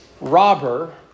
robber